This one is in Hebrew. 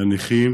מהנכים